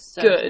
Good